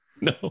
No